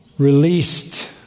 Released